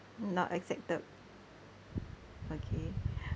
not accepted okay